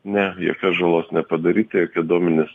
ne jokios žalos nepadaryta jokie duomenys